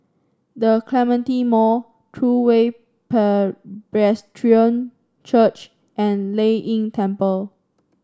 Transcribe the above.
The Clementi Mall True Way Presbyterian Church and Lei Yin Temple